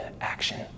action